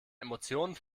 emotionen